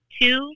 two